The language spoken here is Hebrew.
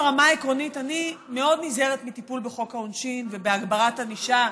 ברמה העקרונית אני מאוד נזהרת בטיפול בחוק העונשין ובהגברת ענישה,